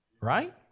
Right